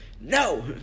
no